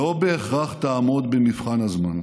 לא בהכרח תעמוד במבחן הזמן,